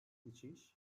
geçiş